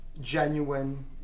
genuine